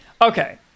okay